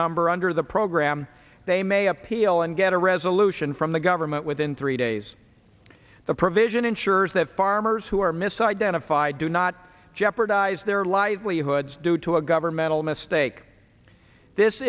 number under the program they may appeal and get a resolution from the government within three days the provision ensures that farmers who are misidentified do not jeopardize their livelihoods due to a governmental mistake this